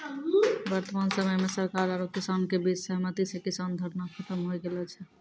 वर्तमान समय मॅ सरकार आरो किसान के बीच सहमति स किसान धरना खत्म होय गेलो छै